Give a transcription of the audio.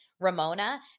Ramona